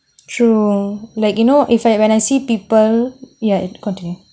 true like you know if I when I see people ya it continue